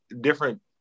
different